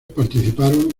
participaron